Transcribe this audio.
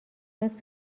است